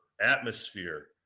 atmosphere